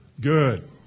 Good